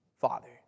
father